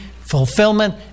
fulfillment